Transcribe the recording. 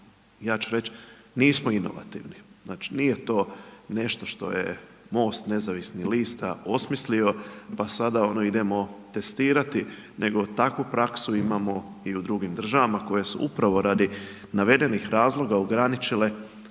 Ja ću reć, nismo inovativni, znači, nije to nešto što je MOST nezavisnih lista osmislio, pa sada ono idemo testirati, nego takvu praksu imamo i u drugim državama koje su upravo radi navedenih razloga ograničile